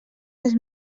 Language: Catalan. les